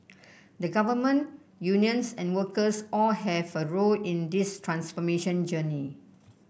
the Government unions and workers all have a role in this transformation journey